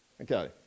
okay